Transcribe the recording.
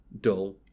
dull